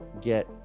get